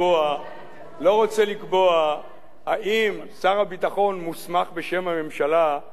לא רוצה לקבוע האם שר הביטחון מוסמך בשם הממשלה לאשר,